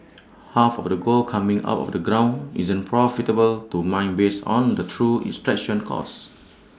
half of the gold coming out of the ground isn't profitable to mine based on the true extraction costs